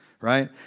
Right